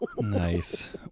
nice